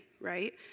right